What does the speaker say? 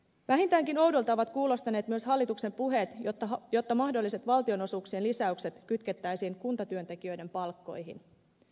vähintäänkin oudolta ovat kuulostaneet myös hallituksen puheet siitä että mahdolliset valtionosuuksien lisäykset kytkettäisiin kuntatyöntekijöiden palkkoihin